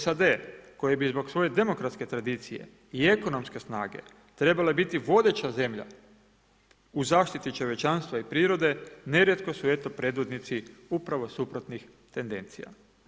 SAD koji bi zbog svoje demokratske tradicije i ekonomske snage trebale biti vodeća zemlja u zaštiti čovječanstva i prirode nerijetko su eto predvodnici upravo suprotnih tendencija.